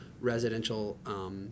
residential